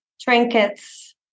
trinkets